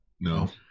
no